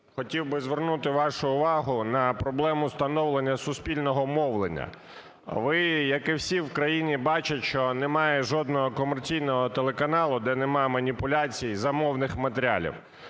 хотів би звернути вашу увагу на проблему становлення суспільного мовлення. Ви, як і всі в країні, бачать, що немає жодного комерційного телеканалу, де немає маніпуляцій, замовних матеріалів.